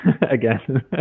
again